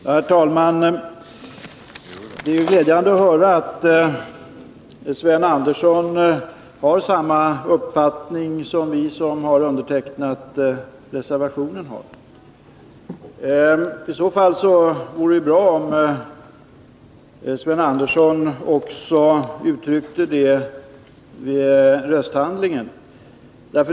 Herr talman! Det är glädjande att höra att Sven Andersson tycks ha samma uppfattning som vi som har undertecknat reservationen. Om han nu har det vore det bra om Sven Andersson också gav uttryck för det vid rösthandlingen.